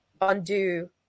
undo